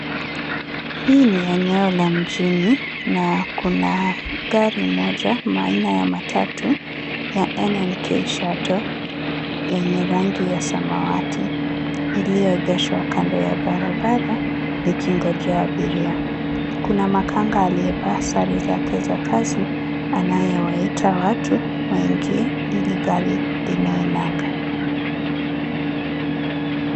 Hii ni eneo la mjini na kuna gari moja aina ya matatu ya NNK Shuttle yenye rangi ya samawati, iliyoegeshwa kando ya barabara likingojea abiria. Kuna makanga aliyevaa sare zake za kazi, anayewaita watu waingie ili gari ling'oe nanga.